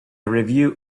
review